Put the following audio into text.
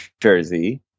Jersey